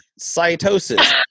cytosis